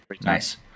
Nice